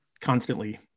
constantly